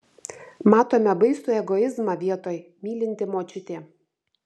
matome baisų egoizmą vietoj mylinti močiutė